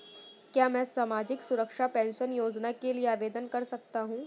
क्या मैं सामाजिक सुरक्षा पेंशन योजना के लिए आवेदन कर सकता हूँ?